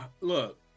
look